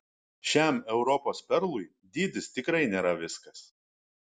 šiam europos perlui dydis tikrai nėra viskas